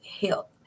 help